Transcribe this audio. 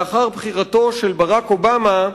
לאחר בחירתו של ברק אובמה,